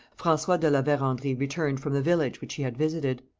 francois de la verendrye returned from the village which he had visited.